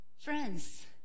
Friends